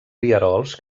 rierols